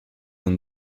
and